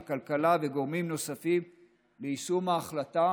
הכלכלה וגורמים נוספים ליישום ההחלטה